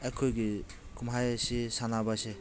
ꯑꯩꯈꯣꯏꯒꯤ ꯀꯨꯝꯍꯩꯁꯤ ꯁꯥꯟꯅꯕꯁꯦ